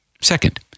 Second